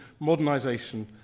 modernisation